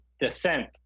descent